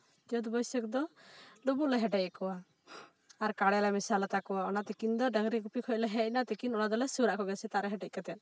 ᱪᱟᱹᱛ ᱵᱟᱹᱭᱥᱟᱹᱠᱷ ᱫᱚ ᱞᱩᱵᱩᱜ ᱞᱮ ᱦᱮᱰᱮᱡ ᱠᱚᱣᱟ ᱟᱨ ᱠᱟᱲᱮᱞᱮ ᱢᱮᱥᱟᱞ ᱟᱛᱟ ᱠᱚᱣᱟ ᱚᱱᱟ ᱛᱤᱠᱤᱱ ᱫᱚ ᱰᱟᱝᱨᱤ ᱜᱩᱯᱤ ᱠᱷᱚᱡ ᱞᱮ ᱦᱮᱡᱱᱟ ᱛᱤᱠᱤᱱ ᱚᱱᱟ ᱫᱚᱞᱮ ᱥᱩᱨᱟᱜ ᱠᱚᱜᱮ ᱥᱮᱛᱟᱜ ᱨᱮ ᱦᱮᱰᱮᱡ ᱠᱟᱛᱮᱜ